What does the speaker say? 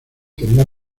tenía